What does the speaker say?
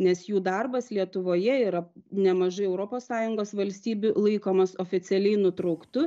nes jų darbas lietuvoje yra nemažai europos sąjungos valstybių laikomas oficialiai nutrauktu